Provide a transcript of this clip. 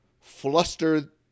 fluster